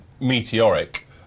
meteoric